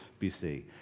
BC